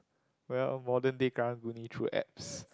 well modern day Karang-Guni through apps